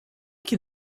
can